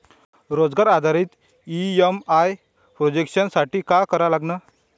रोजगार आधारित EMI projection साठी का करा लागन?